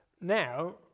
Now